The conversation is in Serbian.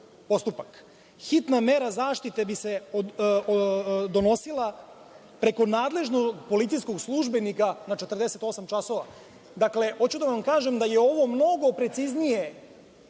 postupak. Hitna mera zaštite bi se donosila preko nadležnog policijskog službenika na 48 časova. Dakle, hoću da vam kažem da je ovo mnogo preciznije